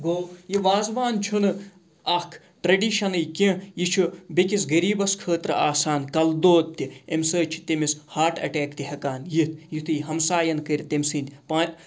گوٚو یہِ وازوان چھُنہٕ اَکھ ٹرٛیڈِشَنٕے کینٛہہ یہِ چھُ بیٚکِس غریٖبَس خٲطرٕ آسان کَلہٕ دود تہِ امہِ سۭتۍ چھِ تٔمِس ہاٹ اَٹیک تہِ ہٮ۪کان یِتھ یُتھُے ہَمسایَن کٔرۍ تٔمۍ سٕنٛدۍ پان